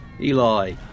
Eli